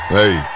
hey